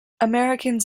americans